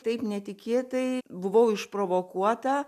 taip netikėtai buvau išprovokuota